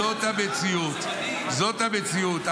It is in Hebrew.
זאת המציאות, זאת המציאות.